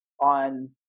On